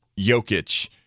Jokic